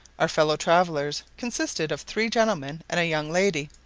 our fellow travellers consisted of three gentlemen and a young lady,